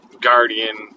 guardian